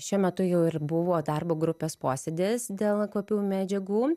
šiuo metu jau ir buvo darbo grupės posėdis dėl kvapiųjų medžiagų